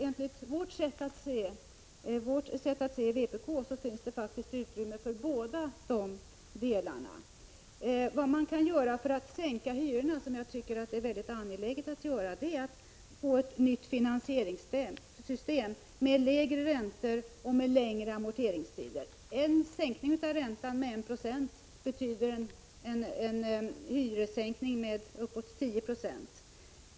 Enligt vpk:s sätt att se finns det faktiskt utrymme för bådadera. För att sänka hyrorna, vilket är mycket angeläget, kan man införa ett nytt finansieringssystem med lägre räntor och längre amorteringstider. En sänkning av räntan med 196 betyder en hyressänkning med uppemot 10 96.